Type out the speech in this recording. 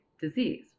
disease